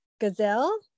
gazelle